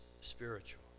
spiritual